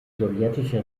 sowjetische